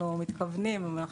אנחנו מתכוונים.